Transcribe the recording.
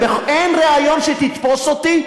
אין ריאיון שתתפוס אותי,